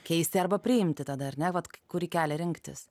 keisti arba priimti tada ar ne vat kurį kelią rinktis